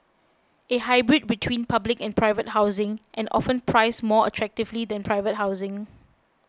a hybrid between public and private housing and often priced more attractively than private housing